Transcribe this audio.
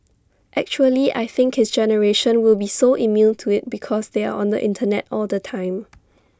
actually I think his generation will be so immune to IT because they're on the Internet all the time